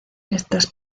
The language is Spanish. estas